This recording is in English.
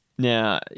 Now